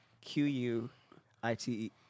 Q-U-I-T-E